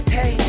Hey